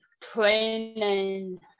training